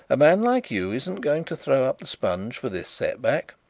a man like you isn't going to throw up the sponge for this set-back.